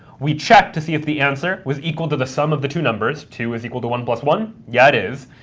we checked to see if the answer was equal to the sum of the two numbers. two is equal to one plus one. yeah, it is.